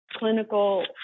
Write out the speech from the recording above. clinical